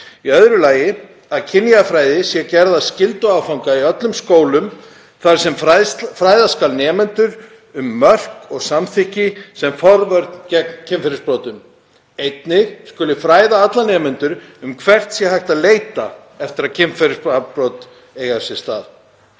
Í öðru lagi að kynjafræði sé gerð að skylduáfanga í öllum skólum þar sem fræða skal nemendur um mörk og samþykki sem forvörn gegn kynferðisbrotum. Einnig skuli fræða alla nemendur um hvert sé hægt að leita eftir að kynferðisbrot eiga sér stað.